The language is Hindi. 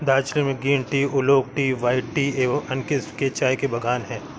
दार्जिलिंग में green tea, oolong tea, white tea एवं अन्य किस्म के चाय के बागान हैं